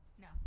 No